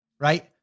right